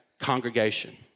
congregation